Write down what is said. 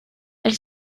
elle